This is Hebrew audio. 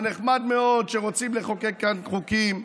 זה נחמד מאוד שרוצים לחוקק כאן חוקים,